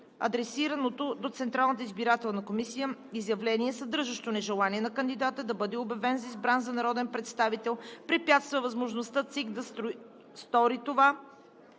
Адресираното до ЦИК изявление, съдържащо нежелание на кандидата да бъде обявен за избран за народен представител, препятства възможността ЦИК да стори това